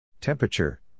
Temperature